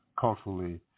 culturally